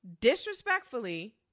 disrespectfully